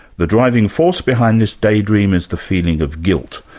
the driving force behind this daydream is the feeling of guilt,